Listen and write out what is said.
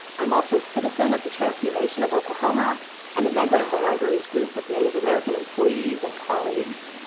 i'm also a citizen of the cherokee nation of oklahoma and a member of the library's group of native american employees and colleague.